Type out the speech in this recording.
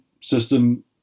system